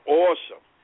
awesome